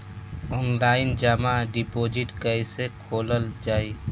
Online जमा deposit कैसे खोलल जाइ?